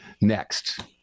next